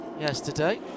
yesterday